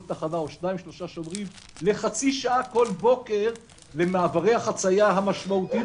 תחנה לחצי שעה כל בוקר למעברי החצייה המשמעותיים